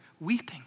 weeping